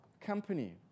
company